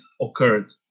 occurred